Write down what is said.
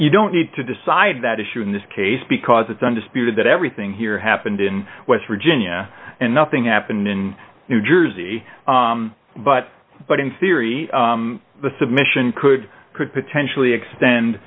you don't need to decide that issue in this case because it's undisputed that everything here happened in west virginia and nothing happened in new jersey but but in theory the submission could potentially extend